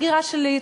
הגירה שלילית,